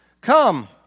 Come